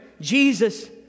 Jesus